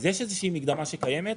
אז יש איזושהי מקדמה שקיימת.